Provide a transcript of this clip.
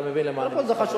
אתה מבין למה אני מתכוון.